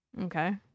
Okay